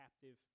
captive